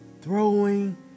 throwing